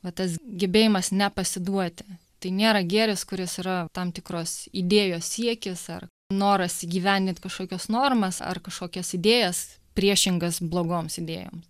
va tas gebėjimas nepasiduoti tai nėra gėris kuris yra tam tikros idėjos siekis ar noras įgyvendint kažkokias normas ar kažkokias idėjas priešingas blogoms idėjoms